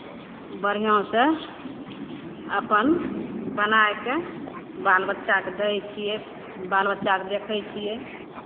बढ़िआँसँ अपन बनाय कऽ बाल बच्चाकेँ दै छियै बाल बच्चाकेँ देखै छियै